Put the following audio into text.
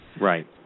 Right